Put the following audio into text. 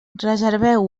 reserveu